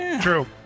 True